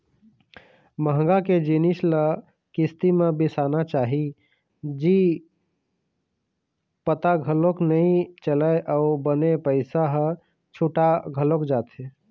महँगा के जिनिस ल किस्ती म बिसाना चाही जी पता घलोक नइ चलय अउ बने पइसा ह छुटा घलोक जाथे